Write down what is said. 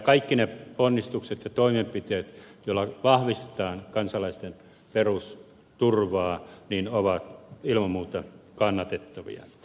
kaikki ne ponnistukset ja toimenpiteet joilla vahvistetaan kansalaisten perusturvaa ovat ilman muuta kannatettavia